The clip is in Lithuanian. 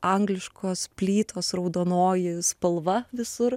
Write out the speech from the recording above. angliškos plytos raudonoji spalva visur